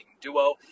duo